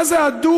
מה זה הדוק?